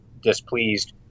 displeased